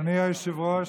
אדוני היושב-ראש,